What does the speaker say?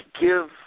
give